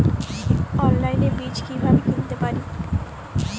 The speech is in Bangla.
অনলাইনে বীজ কীভাবে কিনতে পারি?